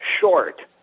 short